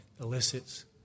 elicits